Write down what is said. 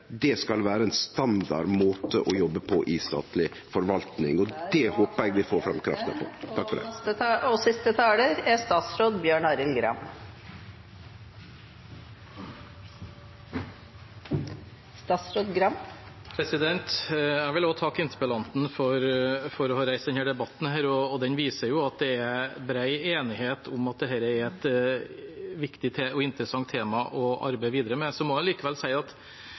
det skal vere ein standard måte å jobbe på i statleg forvaltning … Da er taletiden ute. Også jeg vil takke interpellanten for å ha reist denne debatten. Den viser at det er bred enighet om at dette er et viktig og interessant tema å arbeide videre med. Jeg er enig i at målet ikke må være å se mest mulig på det som har skjedd de siste åtte årene, men likevel: Statistikken er tydelig på at